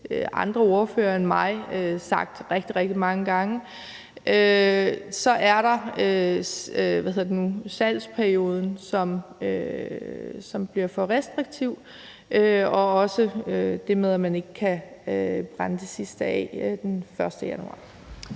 andre ordførere end mig sagt rigtig, rigtig mange gange. Så er der salgsperioden, som bliver for restriktiv, og der er også det med, at man ikke kan fyre det sidste af den 1. januar.